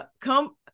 Come